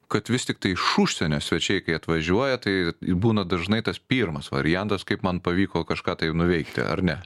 kad vis tiktai iš užsienio svečiai kai atvažiuoja tai būna dažnai tas pirmas variantas kaip man pavyko kažką nuveikti ar ne